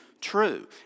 true